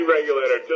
Regulator